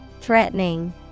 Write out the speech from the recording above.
Threatening